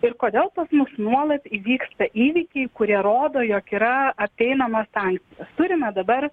ir kodėl pas mus nuolat įvyksta įvykiai kurie rodo jog yra apeinamos sankcijos turime dabar